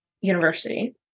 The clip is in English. university